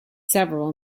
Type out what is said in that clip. several